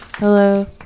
Hello